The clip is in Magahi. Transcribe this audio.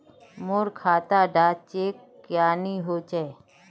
मोर खाता डा चेक क्यानी होचए?